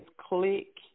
click